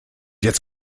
jetzt